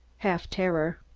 half terror.